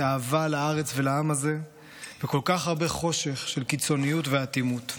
אהבה לארץ ולעם הזה וכל כך הרבה חושך של קיצוניות ואטימות.